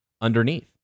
underneath